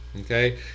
okay